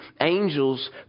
angels